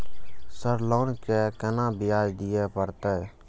Sir loan के केना ब्याज दीये परतें?